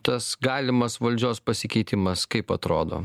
tas galimas valdžios pasikeitimas kaip atrodo